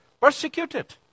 persecuted